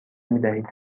میدهید